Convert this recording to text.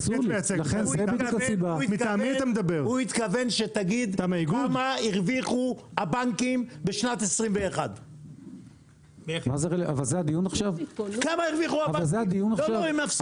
--- הוא התכוון שתגיד כמה הרוויחו הבנקים בשנת 2021. "תיקון חוק הפיקוח על שירותים פיננסיים (קופות גמל)